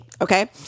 okay